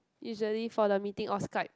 usually for the meeting or Skype